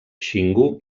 xingu